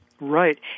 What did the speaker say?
Right